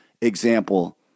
example